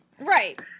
Right